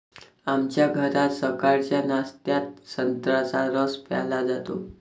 आमच्या घरात सकाळच्या नाश्त्यात संत्र्याचा रस प्यायला जातो